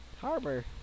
Harbor